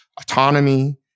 autonomy